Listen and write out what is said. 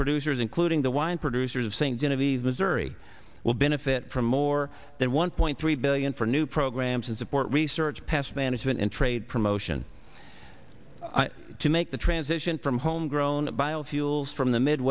producers including the wine producers of st genevieve missouri will benefit from more than one point three billion for new programs and support research past management and trade promotion to make the transition from homegrown